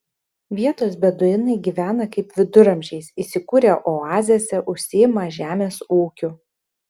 vietos beduinai gyvena kaip viduramžiais įsikūrę oazėse užsiima žemės ūkiu